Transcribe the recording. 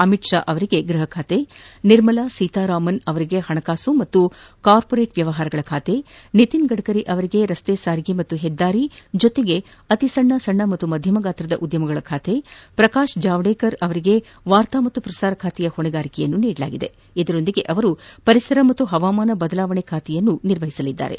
ಅಮಿತ್ ಷಾ ಅವರಿಗೆ ಗೃಹ ಖಾತೆ ನಿರ್ಮಲಾ ಸೀತಾರಾಮನ್ ಅವರಿಗೆ ಹಣಕಾಸು ಮತ್ತು ಕಾರ್ಪೊರೇಟ್ ವ್ಯವಹಾರಗಳ ಖಾತೆ ನಿತಿನ್ ಗಡ್ಕರಿ ಅವರಿಗೆ ರಸ್ತೆ ಸಾರಿಗೆ ಮತ್ತು ಹೆದ್ದಾರಿ ಜೊತೆಗೆ ಅತಿಸಣ್ಣ ಸಣ್ಣ ಮತ್ತು ಮಧ್ಯಮ ಗಾತ್ರದ ಉದ್ಯಮಗಳ ಖಾತೆ ಪ್ರಕಾಶ್ ಜಾವಡೇಕರ್ ಅವರಿಗೆ ವಾರ್ತಾ ಮತ್ತು ಪ್ರಸಾರ ಖಾತೆ ಜೊತೆಗೆ ಪರಿಸರ ಮತ್ತು ಹವಾಮಾನ ಬದಲಾವಣೆ ಖಾತೆ ನೀಡಲಾಗಿದೆ